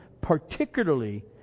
particularly